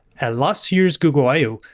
at last year's google i o,